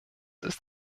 ist